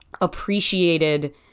appreciated